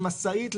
למשאית,